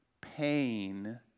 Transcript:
pain